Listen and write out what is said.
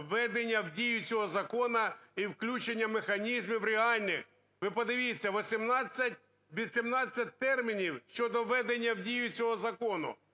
введення в дію цього закону і включенням механізмів в реальне. Ви подивіться, 18, 18 термінів щодо введення в дію цього закону